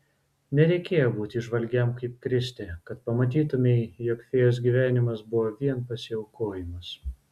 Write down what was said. nereikėjo būti įžvalgiam kaip kristė kad pamatytumei jog fėjos gyvenimas buvo vien pasiaukojimas